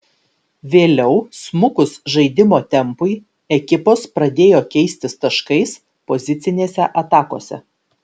vėliau smukus žaidimo tempui ekipos pradėjo keistis taškais pozicinėse atakose